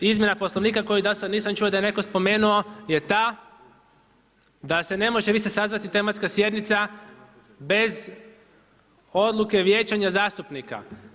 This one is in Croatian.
Izmjena Poslovnika koji do sad nisam čuo da je netko spomenuo je ta da se ne može više sazvati tematska sjednica bez odluke vijećanja zastupnika.